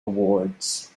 awards